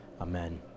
Amen